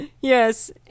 Yes